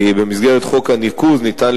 כי במסגרת חוק הניקוז ניתן,